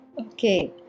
Okay